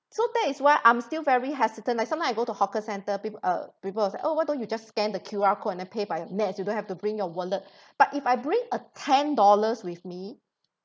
so that is why I'm still very hesitant like sometimes I go to hawker centre people uh people will say oh why don't you just scan the Q_R code and then pay by next you don't have to bring your wallet but if I bring a ten dollars with me